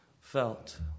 felt